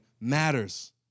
matters